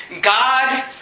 God